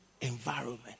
environment